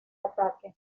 ataque